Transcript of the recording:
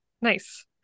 nice